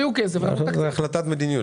זאת החלטת מדיניות.